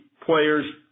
players